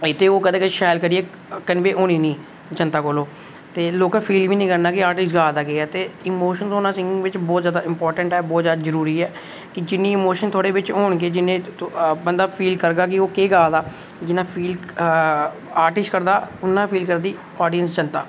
ते कदें कदें ओह् शैल करियै कन्वे होने निं जनता कोल ओह् ते लोकें फील बी निं करना कि आर्टिस्ट गा दा केह् ऐ इमोशन होना सिंगिंग बिच बहुत जादा इम्पार्टेंट ऐ बहुत जादा जरूरी ऐ कि जिन्नी इमोशन थुआढ़े बिच होन गे ते बंदा फील करगा कि ओह् केह् गा दा ऐ जिन्ना फील आर्टिस्ट करदा उन्नी फील करदी आडियंस जनता